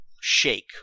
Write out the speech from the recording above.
shake